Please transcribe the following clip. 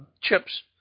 chips